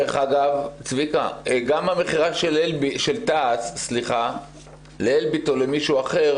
גם המכירה של תע"ש לאלביט או למישהו אחר